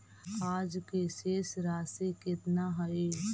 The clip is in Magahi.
आज के शेष राशि केतना हई?